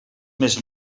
més